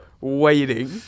Waiting